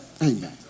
Amen